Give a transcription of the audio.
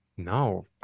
no